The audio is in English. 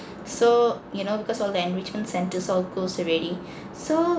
so you know because all the enrichment centres all closed already so